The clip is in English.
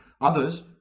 Others